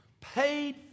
paid